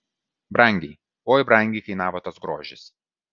brangiai oi brangiai kainavo tas grožis